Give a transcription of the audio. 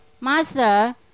Master